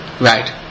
Right